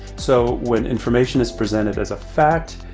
so, when information is presented as a fact,